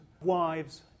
wives